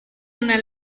una